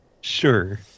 Sure